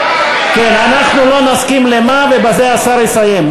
אנחנו לא נסכים למה, ובזה השר יסיים.